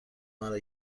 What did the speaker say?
مرا